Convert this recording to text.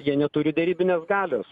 jie neturi derybinės galios